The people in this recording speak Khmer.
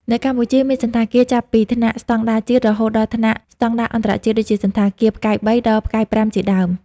នៅកម្ពុជា មានសណ្ឋាគារចាប់ពីថ្នាក់ស្តង់ដារជាតិរហូតដល់ថ្នាក់ស្ដង់ដារអន្តរជាតិ ដូចជាសណ្ឋាគារ ផ្កាយ៣ ដល់ ផ្កាយ៥ជាដើម។